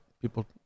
people